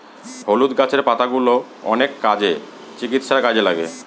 হলুদ গাছের পাতাগুলো অনেক কাজে, চিকিৎসার কাজে লাগে